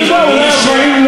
אני רוצה מכבוד השר,